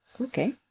okay